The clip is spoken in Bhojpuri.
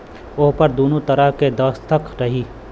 ओहपर दुन्नो तरफ़ के दस्खत रही